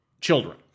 children